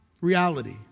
reality